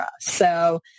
So-